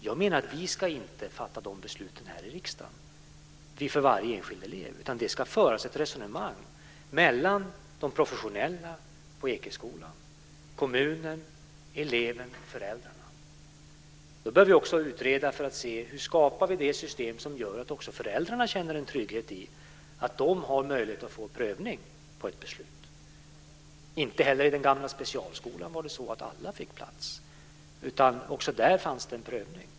Jag menar att vi inte ska fatta dessa beslut här i riksdagen för varje enskild elev, utan det ska föras ett resonemang mellan de professionella på Ekeskolan, kommunen, eleven och föräldrarna. Då bör vi också utreda hur vi ska skapa det system som gör att också föräldrarna känner en trygghet i att de har möjlighet att få en prövning av ett beslut. Inte heller i den gamla specialskolan fick alla plats. Också där gjordes det en prövning.